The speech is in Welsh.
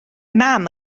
mam